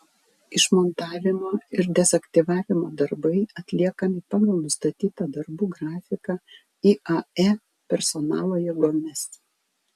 išmontavimo ir dezaktyvavimo darbai atliekami pagal nustatytą darbų grafiką iae personalo jėgomis